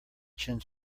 chin